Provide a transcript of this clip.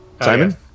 Simon